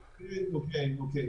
אוקיי.